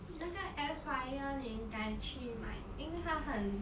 那个 air fryer 你应该去买因为它很